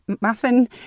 muffin